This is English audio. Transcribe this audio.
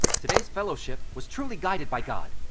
today's fellowship was truly guided by god.